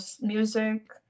music